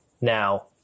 Now